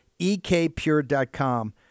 EKPure.com